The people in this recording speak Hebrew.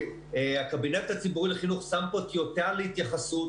הקבינט הציבורי לחינוך שם פה טיוטה להתייחסות,